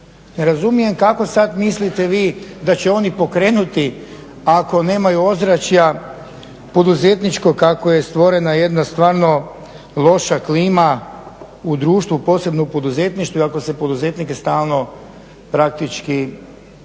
razumijem kako sada mislite vi da će oni pokrenuti ako nemaju ozračja poduzetničkog kako je stvorena jedna stvarno loša klima u društvu, posebno u poduzetništvu i ako se poduzetnike stalno praktički